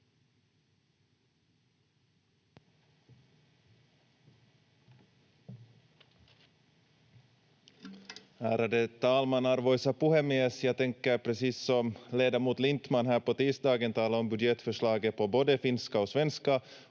Ärade talman, arvoisa puhemies! Jag tänker precis som ledamot Lindtman i tisdags tala om budgetförslaget på både finska och svenska